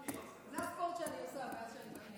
זה הספורט שאני עושה מאז שאני בכנסת.